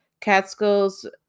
Catskill's